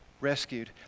Rescued